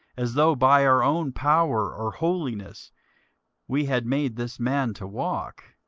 as though by our own power or holiness we had made this man to walk?